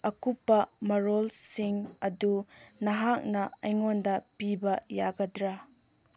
ꯑꯀꯨꯞꯄ ꯃꯔꯣꯜꯁꯤꯡ ꯑꯗꯨ ꯅꯍꯥꯛꯅ ꯑꯩꯉꯣꯟꯗ ꯄꯤꯕ ꯌꯥꯒꯗ꯭ꯔꯥ